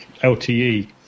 LTE